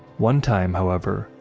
one time, however,